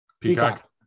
Peacock